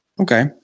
Okay